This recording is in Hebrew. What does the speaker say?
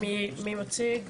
מי מציג?